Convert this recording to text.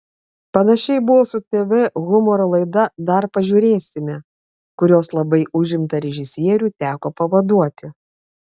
panašiai buvo su tv humoro laida dar pažiūrėsime kurios labai užimtą režisierių teko pavaduoti